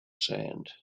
sand